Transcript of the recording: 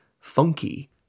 funky